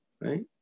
right